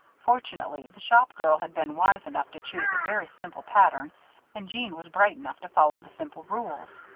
fortunately the shop girl had been wise enough to choose a very simple pattern and jeanne was bright enough to follow the simple rules.